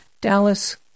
Dallas